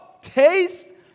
taste